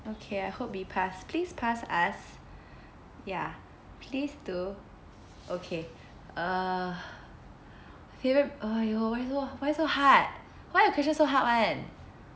okay I hope we pass please pass us ya please do okay uh favouri~ !aiyo! why so hard why your question so hard [one]